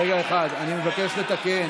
רגע אחד, אני מבקש לתקן